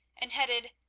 and headed,